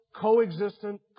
Coexistent